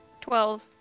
Twelve